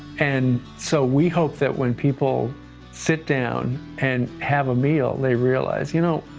and so we hope that when people sit down and have a meal, they realize, you know,